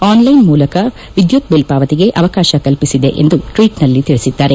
online ಮೂಲಕ ವಿದ್ದುತ್ bill ಪಾವತಿಗೆ ಅವಕಾಶ ಕಲ್ಪಿಸಿದೆ ಎಂದು ಟ್ವೀಟ್ನಲ್ಲಿ ತಿಳಿಸಿದ್ದಾರೆ